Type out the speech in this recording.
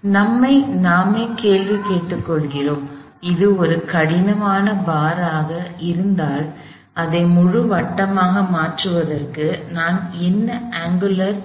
எனவே நம்மை நாமே கேள்வி கேட்டுக்கொள்கிறோம் இது ஒரு கடினமான பாராக இருந்தால் அதை முழு வட்டமாக மாற்றுவதற்கு நான் என்ன அங்குலர்